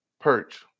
Perch